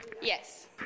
Yes